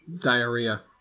diarrhea